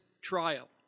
trial